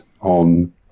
on